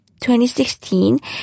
2016